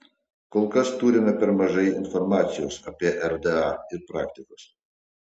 kol kas turime per mažai informacijos apie rda ir praktikos